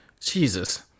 Jesus